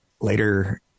later